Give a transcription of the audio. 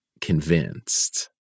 convinced